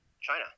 China